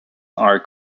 are